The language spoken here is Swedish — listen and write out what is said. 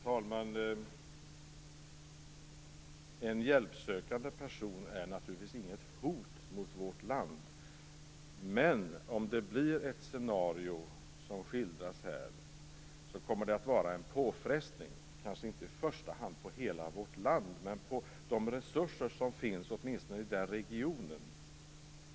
Herr talman! En hjälpsökande person utgör naturligtvis inget hot mot vårt land. Men om det blir ett scenario som det skildras här, kommer det att bli en påfrestning. Det är kanske inte i första hand mot hela vårt land, men på de resurser som finns åtminstone i den regionen.